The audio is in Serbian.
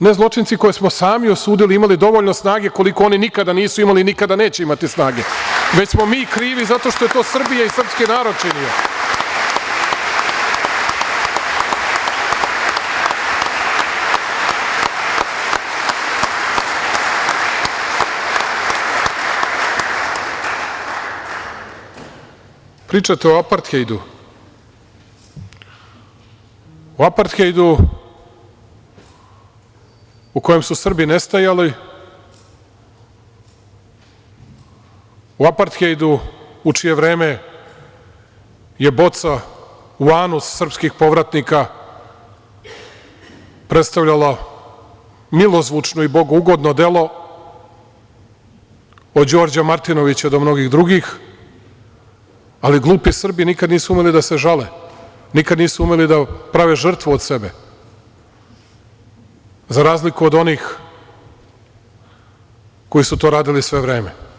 zločinci koje smo sami osudili, imali dovoljno snage koliko oni nikada nisu imali i nikada neće imati snage, već smo mi krivi, zato što je to Srbija i srpski narod činio. [[Aplauz]] Pričate o Aparthejdu, u Aparthejdu u kojem su Srbi nestajali, u Aparthejdu u čije vreme je „ boca u anus“ srpskih povratnika predstavljala milozvučno i bogougodno delo, od Đorđa Martinovića do mnogih drugih, ali glupi Srbi nikada nisu umeli da se žale, nikada nisu imali da prave žrtvu od sebe, za razliku od onih koji su to radili sve vreme.